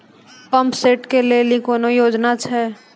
Pump set केलेली कोनो योजना छ?